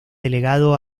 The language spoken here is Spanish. delegado